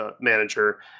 manager